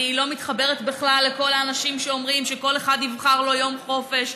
אני לא מתחברת בכלל לכל האנשים שאומרים שכל אחד יבחר לו יום חופש.